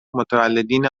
متولدین